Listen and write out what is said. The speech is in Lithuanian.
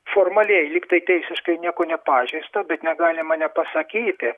formaliai lyg tai teisiškai nieko nepažeista bet negalima nepasakyti